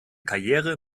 karriere